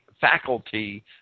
faculty